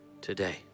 today